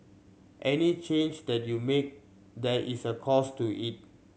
any change that you make there is a cost to it